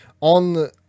On